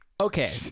Okay